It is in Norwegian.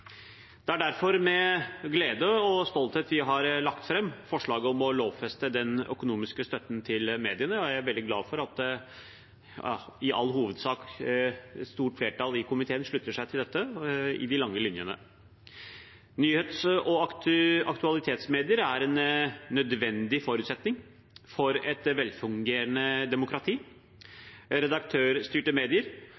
Det er derfor med glede og stolthet vi har lagt fram forslaget om å lovfeste den økonomiske støtten til mediene. Og jeg er veldig glad for at i all hovedsak et stort flertall i komiteen slutter seg til dette i de lange linjene. Nyhets- og aktualitetsmedier er en nødvendig forutsetning for et velfungerende demokrati.